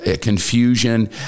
confusion